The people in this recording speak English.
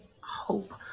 hope